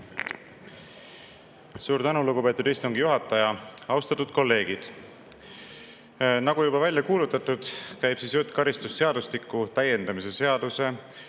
Suur tänu, lugupeetud istungi juhataja! Austatud kolleegid! Nagu juba välja kuulutatud, käib jutt karistusseadustiku täiendamise seaduse